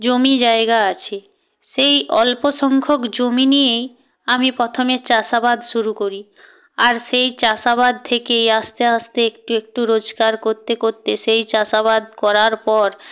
জমি জায়গা আছে সেই অল্প সংখ্যক জমি নিয়েই আমি প্রথমে চাষাবাদ শুরু করি আর সেই চাষাবাদ থেকেই আস্তে আস্তে একটু একটু রোজগার করতে করতে সেই চাষাবাদ করার পর